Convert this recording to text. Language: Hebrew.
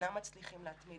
שאינם מצליחים להתמיד